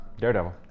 daredevil